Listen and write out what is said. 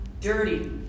dirty